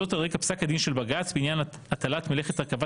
זאת על רקע פסק הדין של בג"צ בעניין הטלת מלאכת הרכבת